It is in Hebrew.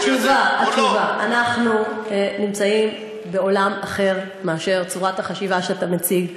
התשובה: אנחנו נמצאים בעולם אחר מאשר צורת החשיבה שאתה מציג.